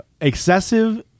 Excessive